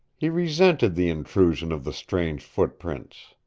he resented the intrusion of the strange footprints.